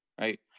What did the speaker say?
Right